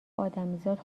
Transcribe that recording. ادمیزاد